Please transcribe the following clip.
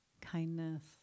Kindness